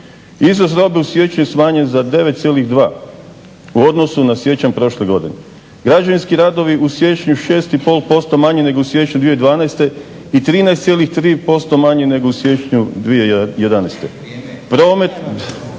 Izvoz robe u siječnju smanjen je za 9,2 u odnosu na siječanj prošle godine. Građevinski radovi u siječnju 6,5% manji nego u siječnju 2012. i 13,3% manje nego u siječnju 2011. …/Upadica